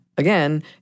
Again